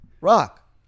rock